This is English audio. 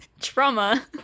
trauma